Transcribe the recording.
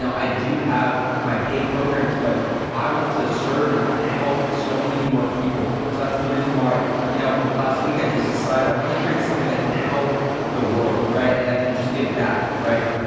so i do have my paid programs but i want to serve and i wanna help so many more people. so that's the reason why you know last week i just decided i wanna create something that can help the world, right? and i can just give back, right?